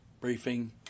briefing